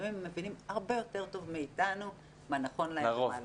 לפעמים הם מבינים הרבה יותר טוב מאתנו מה נכון להם ומה לא.